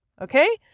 Okay